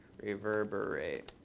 reverberate.